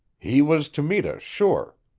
he was to meet us, sure.